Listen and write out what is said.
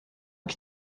que